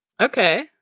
okay